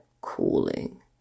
cooling